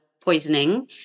poisoning